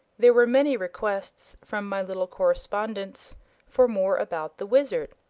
there were many requests from my little correspondents for more about the wizard.